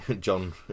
John